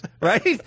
right